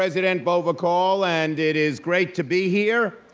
president bova call, and it is great to be here.